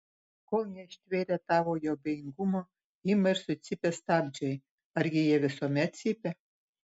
kol neištvėrę tavojo abejingumo ima ir sucypia stabdžiai argi jie visuomet cypia